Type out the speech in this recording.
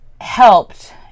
helped